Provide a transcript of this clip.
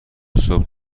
صبح